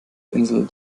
insel